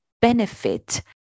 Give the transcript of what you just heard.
benefit